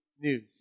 news